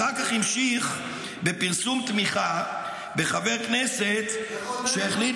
אחר כך המשיך בפרסום תמיכה בחבר כנסת שהחליט